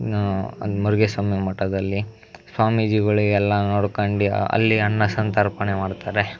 ಅಲ್ಲಿ ಮುರುಗೇಸ್ವಾಮಿ ಮಠದಲ್ಲಿ ಸ್ವಾಮೀಜಿಗಳಿಗೆಲ್ಲ ನೋಡ್ಕಂಡು ಅಲ್ಲಿ ಅನ್ನಸಂತರ್ಪಣೆ ಮಾಡ್ತಾರೆ